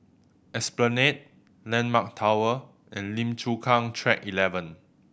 Esplanade Landmark Tower and Lim Chu Kang Track Eleven